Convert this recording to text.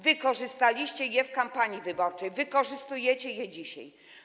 Wykorzystaliście je w kampanii wyborczej, wykorzystujecie je dzisiaj.